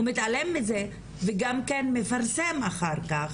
הוא מתעלם מזה וגם כן מפרסם אחר-כך,